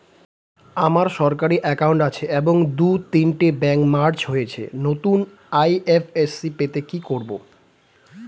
আমার সরকারি একাউন্ট আছে এবং দু তিনটে ব্যাংক মার্জ হয়েছে, নতুন আই.এফ.এস.সি পেতে কি করব?